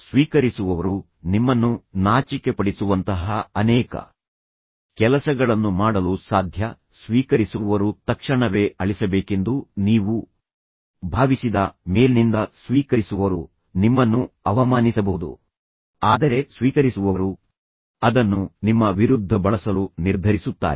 ಸ್ವೀಕರಿಸುವವರು ನಿಮ್ಮನ್ನು ನಾಚಿಕೆಪಡಿಸುವಂತಹ ಅನೇಕ ಕೆಲಸಗಳನ್ನು ಮಾಡಲು ಸಾಧ್ಯ ಸ್ವೀಕರಿಸುವವರು ತಕ್ಷಣವೇ ಅಳಿಸಬೇಕೆಂದು ನೀವು ಭಾವಿಸಿದ ಮೇಲ್ನಿಂದ ಸ್ವೀಕರಿಸುವವರು ನಿಮ್ಮನ್ನು ಅವಮಾನಿಸಬಹುದು ಆದರೆ ಸ್ವೀಕರಿಸುವವರು ಅದನ್ನು ನಿಮ್ಮ ವಿರುದ್ಧ ಬಳಸಲು ನಿರ್ಧರಿಸುತ್ತಾರೆ